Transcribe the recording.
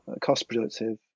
cost-productive